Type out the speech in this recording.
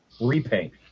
repaint